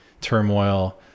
turmoil